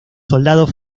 soldados